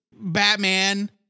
Batman